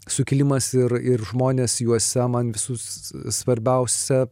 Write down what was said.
sukilimas ir ir žmonės juose man visų svarbiausia